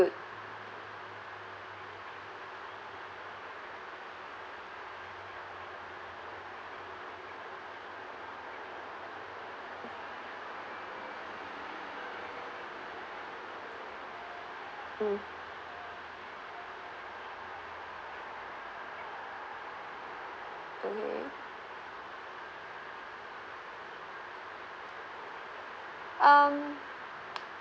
~od mm okay um